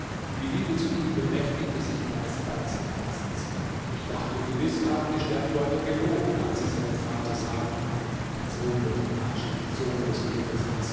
die liebe zu ihm bemächtigte sich meines ganzen herzens ich dachte gewiß haben die sterndeuter gelogen als sie seinem vater sagten dein sohn wird von adjib sohn des königs haßib